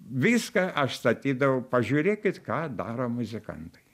viską aš statydavau pažiūrėkit ką daro muzikantai